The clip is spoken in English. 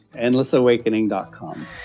Endlessawakening.com